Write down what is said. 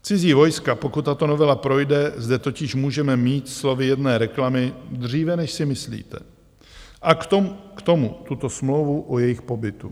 Cizí vojska, pokud tato novela projde, zde totiž můžeme mít slovy jedné reklamy dříve, než si myslíte, a k tomu tuto smlouvu o jejich pobytu.